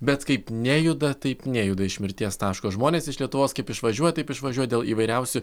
bet kaip nejuda taip nejuda iš mirties taško žmonės iš lietuvos kaip išvažiuot taip išvažiuoja dėl įvairiausių